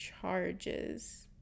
charges